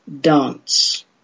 dance